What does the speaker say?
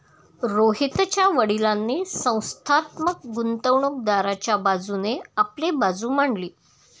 रोहितच्या वडीलांनी संस्थात्मक गुंतवणूकदाराच्या बाजूने आपली बाजू मांडली